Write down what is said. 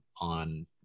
on